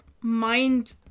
mind